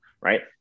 Right